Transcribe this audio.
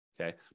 okay